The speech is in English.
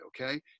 okay